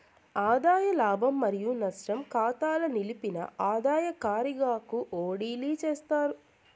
ఆదాయ లాభం మరియు నష్టం కాతాల నిలిపిన ఆదాయ కారిగాకు ఓడిలీ చేస్తారు